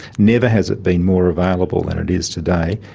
never has it been more available than it is today,